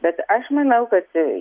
bet aš manau kad